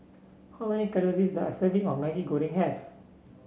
how many calories does a serving of Maggi Goreng have